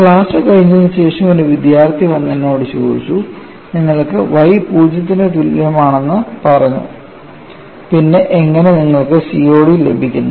class കഴിഞ്ഞതിന് ശേഷം ഒരു വിദ്യാർത്ഥി വന്ന് എന്നോട് ചോദിച്ചു നിങ്ങൾ y 0 ന് തുല്യമാണെന്ന് പറഞ്ഞു പിന്നെ എങ്ങനെ നിങ്ങൾക്ക് COD ലഭിക്കുന്നു